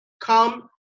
come